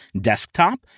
desktop